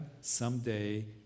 someday